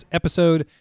episode